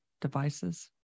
devices